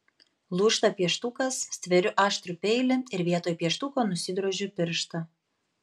lūžta pieštukas stveriu aštrų peilį ir vietoj pieštuko nusidrožiu pirštą